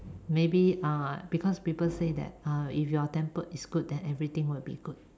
maybe uh because people say that uh if your temper is good then everything will be good